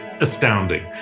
astounding